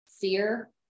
fear